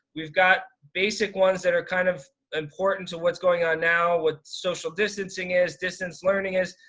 we've got basic ones that are kind of important to what's going on now. what social distancing is, distance learning is,